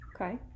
Okay